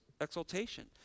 exaltation